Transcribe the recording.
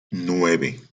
nueve